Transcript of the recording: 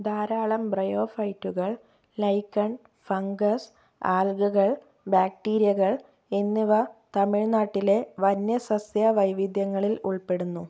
ധാരാളം ബ്രയോഫൈറ്റുകൾ lichen fungus ആൽഗകൾ ബാക്ടീരിയകൾ എന്നിവ തമിഴ്നാട്ടിലെ വന്യ സസ്യ വൈവിധ്യങ്ങളിൽ ഉൾപ്പെടുന്നു